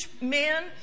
men